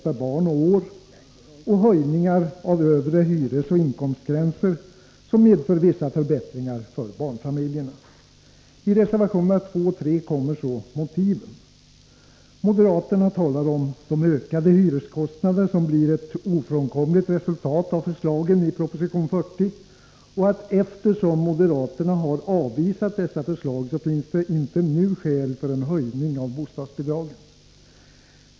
per barn och år och höjningar av övre hyresoch inkomstgränser, som medför vissa förbättringar för barnfamiljerna. I reservationerna 2 och 3 kommer så motiven. Moderaterna talar om de ökade hyreskostnaderna som blir ett ofrånkomligt resultat av förslagen i proposition 40 och säger att eftersom moderaterna har avvisat dessa förslag, finns det inte nu skäl för en höjning av bostadsbidragen.